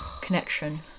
Connection